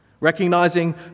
recognizing